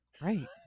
right